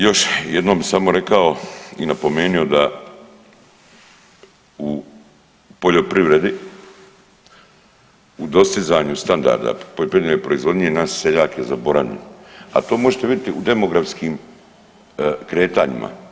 Još jednom bi samo rekao i napomenuo da u poljoprivredi u dostizanju standarda poljoprivredne proizvodnje naš seljak je zaboravljen, a to možete vidjeti u demografskim kretanjima.